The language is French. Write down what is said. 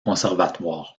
conservatoire